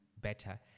better